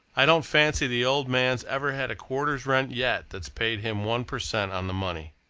i don't fancy the old man's ever had a quarter's rent yet that's paid him one per cent, on the money.